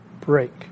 break